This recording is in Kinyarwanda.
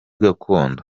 gakondo